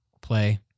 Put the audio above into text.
play